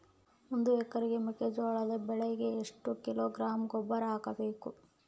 ಒಂದು ಎಕರೆ ಮೆಕ್ಕೆಜೋಳದ ಬೆಳೆಗೆ ಎಷ್ಟು ಕಿಲೋಗ್ರಾಂ ಗೊಬ್ಬರ ಹಾಕಬೇಕು?